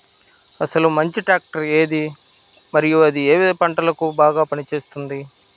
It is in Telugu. అసలు మంచి ట్రాక్టర్ ఏది మరియు అది ఏ ఏ పంటలకు బాగా పని చేస్తుంది?